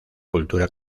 cultura